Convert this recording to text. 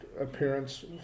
appearance